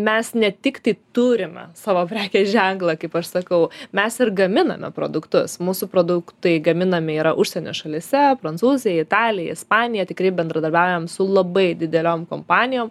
mes ne tik tai turime savo prekės ženklą kaip aš sakau mes ir gaminame produktus mūsų produktai gaminami yra užsienio šalyse prancūzija italija ispanija tikrai bendradarbiaujam su labai dideliom kompanijom